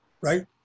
right